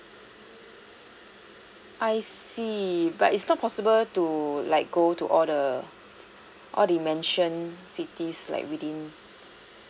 I see but it's not possible to like go to all the all the mentioned cities like within